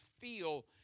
feel